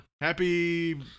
Happy